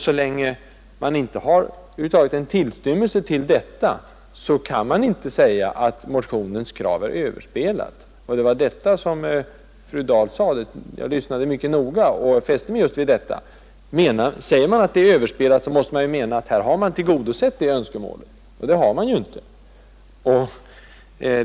Så länge man inte har en tillstymmelse till detta kan man inte säga att motionens krav är överspelat. Men det var vad fru Dahl sade. Jag lyssnade mycket noga och fäste mig vid det uttrycket. Om man säger att kravet är överspelat, så måste man ju mena att önskemålet är tillgodosett, och det är det inte.